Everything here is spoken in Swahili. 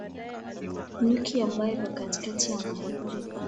Nyuki ambayo iko katikati ya mahindi.